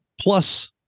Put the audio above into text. plus